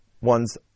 one's